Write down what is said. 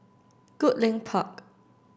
Goodlink Park